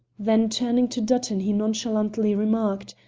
then turning to dutton he nonchalantly remarked.